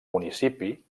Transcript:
municipi